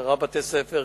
עשרה בתי-ספר,